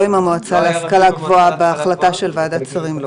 עם המועצה להשכלה גבוהה בהחלטה של ועדת שרים.